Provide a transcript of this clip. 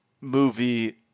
movie